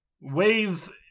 waves